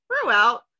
throughout